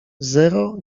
zero